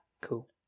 Cool